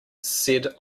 said